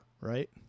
right